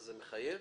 זה מחייב?